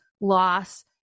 loss